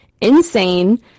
insane